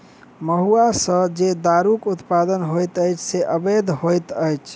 महुआ सॅ जे दारूक उत्पादन होइत अछि से अवैध होइत अछि